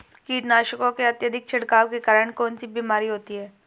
कीटनाशकों के अत्यधिक छिड़काव के कारण कौन सी बीमारी होती है?